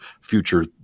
future